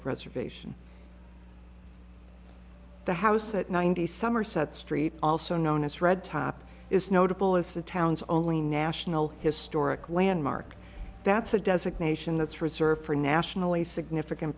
preservation the house at ninety somerset street also known as red top is notable as the town's only national historic landmark that's a designation that's reserved for nationally significant